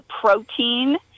protein